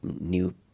new